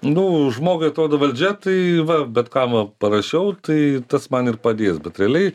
nu žmogui atrodo valdžia tai va bet kam parašiau tai tas man ir padės bet realiai